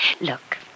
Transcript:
Look